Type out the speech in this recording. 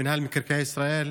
מינהל מקרקעי ישראל,